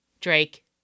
Drake